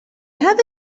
هذا